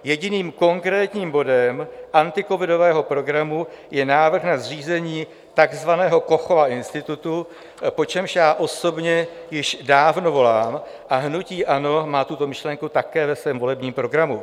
Jediným konkrétním bodem anticovidového programu je návrh na zřízení takzvaného Kochova institutu, po čemž já osobně již dávno volám, a hnutí ANO má tuto myšlenku také ve svém volebním programu.